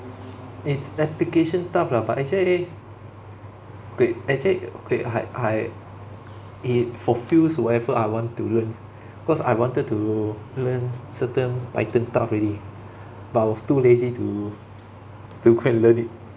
it's application stuff lah but actually K actually K I I it fulfils whatever I want to learn cause I wanted to learn certain python stuff already but I was too lazy to to go and learn it